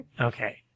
Okay